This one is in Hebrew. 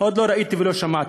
עוד לא ראיתי ולא שמעתי.